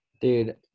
dude